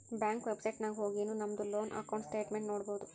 bank website ನಾಗ್ ಹೊಗಿನು ನಮ್ದು ಲೋನ್ ಅಕೌಂಟ್ ಸ್ಟೇಟ್ಮೆಂಟ್ ನೋಡ್ಬೋದು